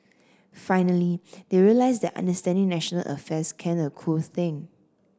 finally they realise that understanding national affairs can a cool thing